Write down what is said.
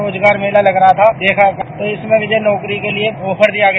रोजगार मेला लग रहा था देखा इसमें मुझे नौकरी के लिये ऑफर दिया गया